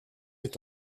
est